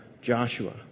Joshua